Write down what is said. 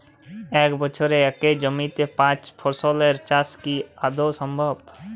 এক বছরে একই জমিতে পাঁচ ফসলের চাষ কি আদৌ সম্ভব?